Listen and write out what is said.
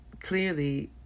clearly